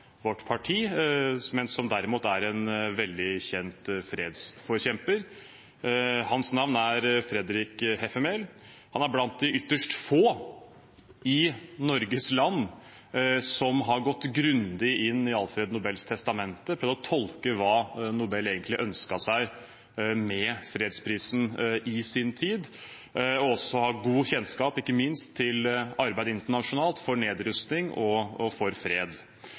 vårt parti, men som derimot er en veldig kjent fredsforkjemper. Hans navn er Fredrik Heffermehl. Han er blant de ytterst få i Norges land som har gått grundig inn i Alfred Nobels testamente, prøvd å tolke hva Nobel egentlig ønsket med fredsprisen i sin tid, og som ikke minst har god kjennskap til arbeidet internasjonalt for nedrusting og for fred.